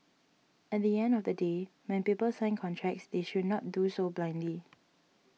at the end of the day when people sign contracts they should not do so blindly